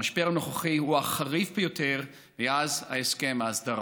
המשבר הנוכחי הוא החריף ביותר מאז הסכם ההסדרה.